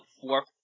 fourth